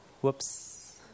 Whoops